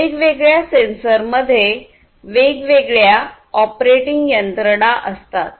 वेगवेगळ्या सेन्सर मध्ये वेगवेगळ्या ऑपरेटिंग यंत्रणा असतात